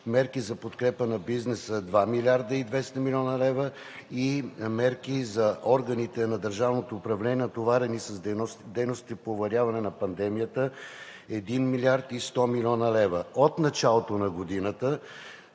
мерки за подкрепа на бизнеса – 2 млрд. 200 млн. лв., и мерки за органите на държавното управление, натоварени с дейностите по овладяване на пандемията – 1 млрд. 100 млн. лв. От началото на годината